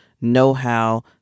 know-how